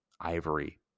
ivory